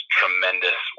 tremendous